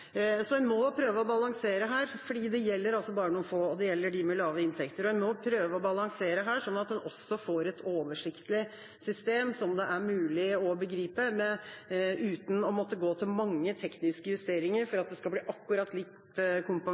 må prøve å balansere, for det gjelder bare noen få, og det gjelder dem med lave inntekter. Man må prøve å balansere sånn at man også får et oversiktlig system som det er mulig å begripe uten å måtte gå til mange tekniske justeringer for at det skal bli akkurat